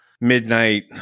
midnight